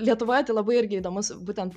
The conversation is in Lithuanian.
lietuvoje tai labai irgi įdomus būtent